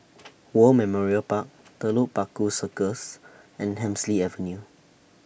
War Memorial Park Telok Paku Circus and Hemsley Avenue